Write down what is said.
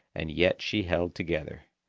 and yet she held together.